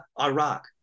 iraq